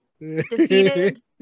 Defeated